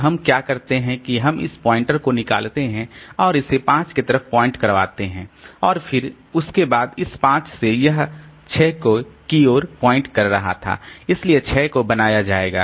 तो हम क्या करते हैं कि हम इस पॉइंटर को निकालते हैं और इसे 5 के तरफ पॉइंट करवाते हैं और फिर उसके बाद इस 5 से यह 6 की ओर पॉइंट कर रहा था इसलिए 6 को बनाया जाएगा